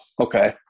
okay